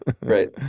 right